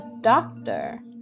doctor